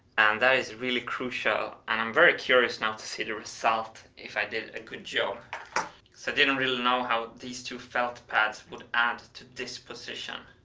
and that is really crucial, and i'm very curious now to see the result if i did a good job. so i didn't really know how these two felt pads would add to this position.